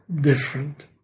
different